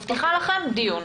אני מבטיחה שנקיים דיון.